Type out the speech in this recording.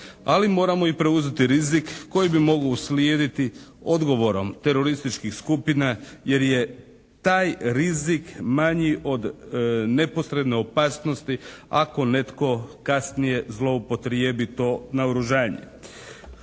ali moramo i preuzeti rizik koji bi mogao uslijediti odgovorom terorističkih skupina, jer je taj rizik manji od neposredne opasnosti ako netko kasnije zloupotrijebi to naoružanje.